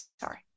Sorry